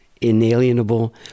inalienable